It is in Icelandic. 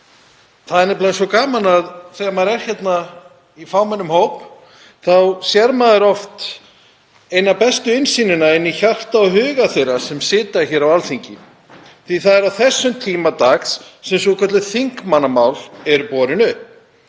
Það er nefnilega svo gaman að þegar maður er hér í fámennum hópi þá fær maður oft eina bestu innsýnina í hjarta og huga þeirra sem sitja á Alþingi. Það er á þessum tíma dags sem svokölluð þingmannamál eru borin